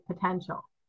potential